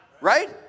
Right